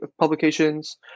publications